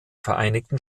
vereinigten